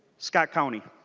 scott county?